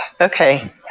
Okay